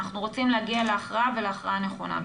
אנחנו רוצים להגיע להכרעה ולהכרעה נכונה.